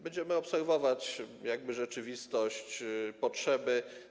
Będziemy obserwować rzeczywistość, potrzeby.